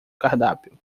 cardápio